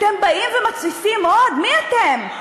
אתם באים ומתסיסים עוד, מי אתם?